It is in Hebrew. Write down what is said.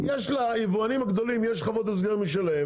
יש ליבואנים הגדולים יש חוות הסגר משלהם